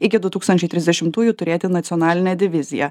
iki du tūkstančiai trisdešimtųjų turėti nacionalinę diviziją